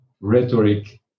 rhetoric